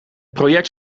project